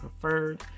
preferred